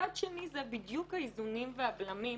מצד שני זה בדיוק האיזונים והבלמים.